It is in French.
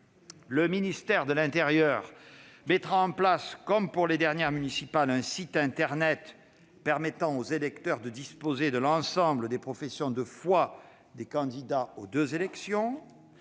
Le ministère de l'intérieur mettra en place, comme pour les dernières municipales, un site internet permettant aux électeurs de disposer de l'ensemble des professions de foi des candidats aux deux élections.